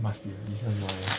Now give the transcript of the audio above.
must be a reason why